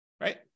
right